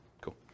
Cool